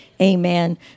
Amen